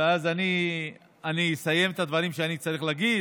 אני אסיים את הדברים שאני צריך להגיד,